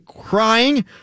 crying